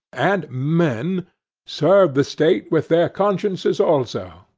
and men serve the state with their consciences also,